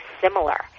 similar